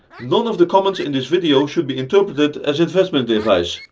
none of the comments in this video should be interpreted as investment advice.